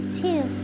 two